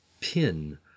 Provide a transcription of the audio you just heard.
pin